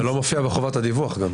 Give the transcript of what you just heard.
זה גם לא מופיע בחובת הדיווח.